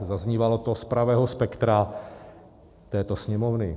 Zaznívalo to z pravého spektra této Sněmovny.